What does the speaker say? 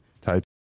Type